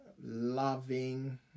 loving